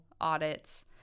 audits